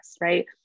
right